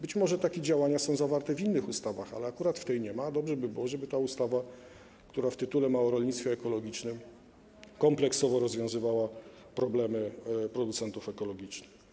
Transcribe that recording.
Być może takie działania są zawarte w innych ustawach, ale akurat w tej ich nie ma, a dobrze by było, żeby ta ustawa, która w tytule ma: o rolnictwie ekologicznym, kompleksowo rozwiązywała problemy producentów ekologicznych.